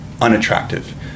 unattractive